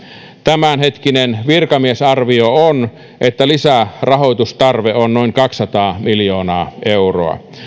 tämänhetkinen virkamiesarvio on että lisärahoitustarve on noin kaksisataa miljoonaa euroa